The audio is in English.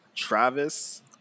Travis